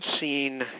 seen